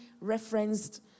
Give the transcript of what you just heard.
referenced